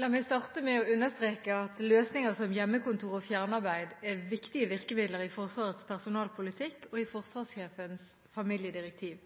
La meg starte med å understreke at løsninger som hjemmekontor og fjernarbeid er viktige virkemidler i Forsvarets personalpolitikk og i forsvarssjefens familiedirektiv.